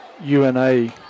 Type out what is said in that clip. UNA